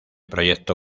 proyecto